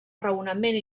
raonament